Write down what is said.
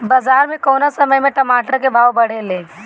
बाजार मे कौना समय मे टमाटर के भाव बढ़ेले?